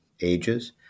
ages